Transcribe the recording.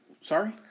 Sorry